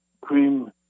cream